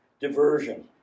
Diversion